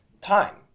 time